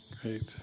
Great